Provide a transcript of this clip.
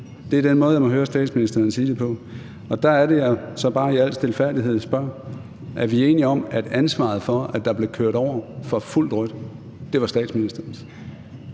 Det er den måde, jeg må høre statsministeren sige det på. Og der er det, at jeg så bare i al stilfærdighed spørger: Er vi enige om, at ansvaret for, at der blev kørt over for rødt for fuldt drøn, var statsministerens?